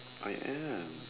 I am